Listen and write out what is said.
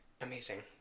Amazing